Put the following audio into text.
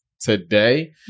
today